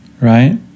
right